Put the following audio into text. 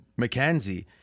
McKenzie